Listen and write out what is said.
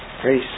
grace